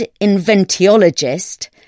Inventiologist